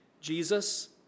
Jesus